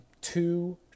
two